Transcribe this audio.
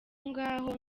ngaho